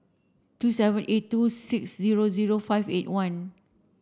two seven eight two six zero zero five eight one